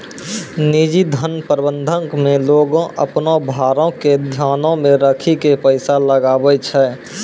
निजी धन प्रबंधन मे लोगें अपनो भारो के ध्यानो मे राखि के पैसा लगाबै छै